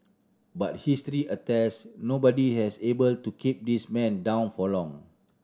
but history attest nobody has able to keep this man down for long